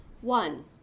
One